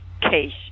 case